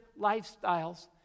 lifestyles